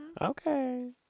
Okay